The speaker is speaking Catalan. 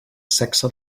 sexe